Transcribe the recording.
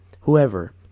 whoever